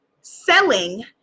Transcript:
Selling